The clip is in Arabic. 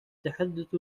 تحدث